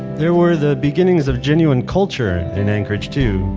there were the beginnings of genuine culture in anchorage too,